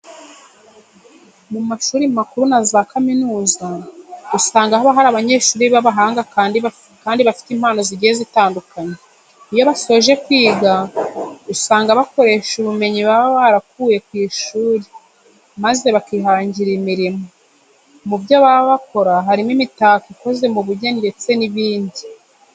Mu mashuri makuru na za kaminuza usanga haba hari abanyeshuri b'abahanga kandi bafite impano zigiye zitandukanye. Iyo basoje kwiga usanga bakoresha ubumenyi baba barakuye ku ishuri maze bakihangira imirimo. Mu byo baba bakora harimo imitako ikoze mu bugeni ndetse n'ibindi.